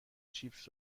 چیپس